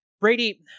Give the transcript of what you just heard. Brady